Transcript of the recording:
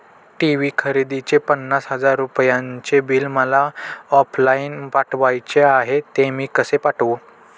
TV खरेदीचे पन्नास हजार रुपयांचे बिल मला ऑफलाईन पाठवायचे आहे, ते मी कसे पाठवू?